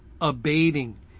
abating